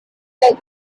six